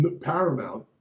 paramount